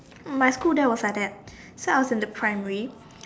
in my school that was like that so I was in the primary